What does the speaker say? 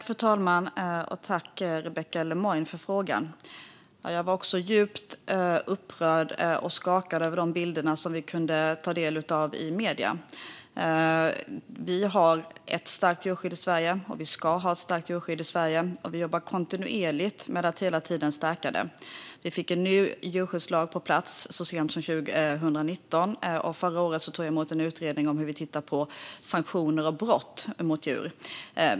Fru talman! Jag tackar Rebecka Le Moine för frågan. Jag var också djupt upprörd och skakad av de bilder som vi kunde ta del av i medier. Vi har och ska ha ett starkt djurskydd i Sverige. Vi jobbar kontinuerligt med att hela tiden stärka det. Vi fick en ny djurskyddslag på plats så sent som 2019. Förra året tog jag emot en utredning om sanktioner och brott mot djur.